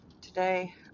Today